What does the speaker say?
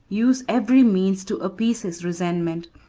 use every means to appease his resentment,